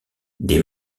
des